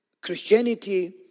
Christianity